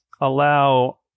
allow